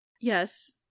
Yes